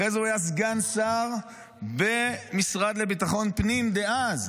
אחרי זה הוא היה סגן שר במשרד לביטחון פנים דאז.